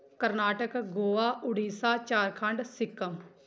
Karnataka Goa Odisha Jharkhand Sikkim